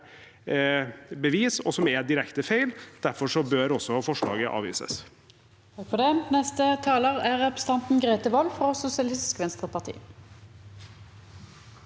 bevise, og som er direkte feil. Derfor bør forslaget avvises.